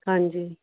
ਹਾਂਜੀ